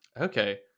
Okay